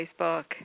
Facebook